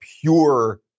pure